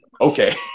Okay